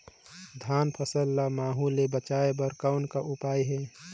धान फसल ल महू ले बचाय बर कौन का उपाय हे?